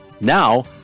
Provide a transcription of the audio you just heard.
Now